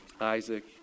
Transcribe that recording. Isaac